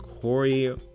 Corey